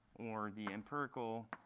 or the empirical